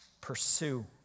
pursue